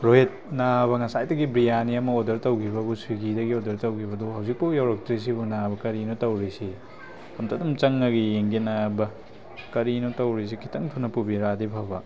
ꯔꯣꯍꯤꯠ ꯅꯥꯕ ꯉꯁꯥꯏꯗꯒꯤ ꯕ꯭ꯔꯤꯌꯥꯅꯤ ꯑꯃ ꯑꯣꯔꯗꯔ ꯇꯧꯈꯤꯕꯕꯨ ꯁ꯭ꯋꯤꯒꯤꯗꯒꯤ ꯑꯣꯔꯗꯔ ꯇꯧꯈꯤꯕꯗꯨꯕꯨ ꯍꯧꯖꯤꯛꯐꯥꯎ ꯌꯧꯔꯛꯇ꯭ꯔꯤꯁꯤꯕꯨ ꯅꯥꯕ ꯀꯔꯤꯅꯣ ꯇꯧꯔꯤꯁꯤ ꯑꯝꯇꯗꯨꯝ ꯆꯪꯉꯒ ꯌꯦꯡꯒꯦ ꯅꯥꯕ ꯀꯔꯤꯅꯣ ꯇꯧꯔꯤꯁꯤ ꯈꯤꯇꯪ ꯊꯨꯅ ꯄꯨꯕꯤꯔꯛꯑꯗꯤ ꯐꯕ